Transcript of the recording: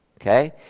okay